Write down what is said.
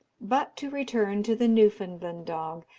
but to return to the newfoundland dog,